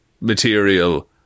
material